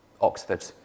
oxford